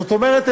זאת אומרת,